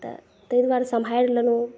तऽ तैं दुआरे सम्हारि लेलहुँ